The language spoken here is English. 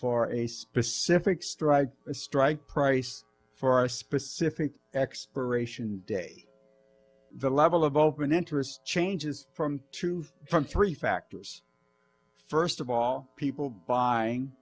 for a specific strike a strike price for a specific expiration day the level of open interest changes from two from three factors first of all people buying